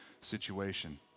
situation